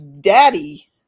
daddy